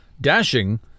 Dashing